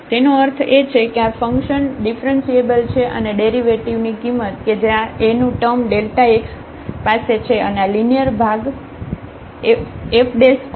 તેનો અર્થ એ છે કે આ ફંક્શન ડિફરન્સીએબલ છે અને ડેરિવેટિવ ની કિંમત કે જે આ Aનું ટર્મ x પાસે છે અને આ લિનિયર ભાગ f અને આ છે